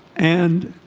and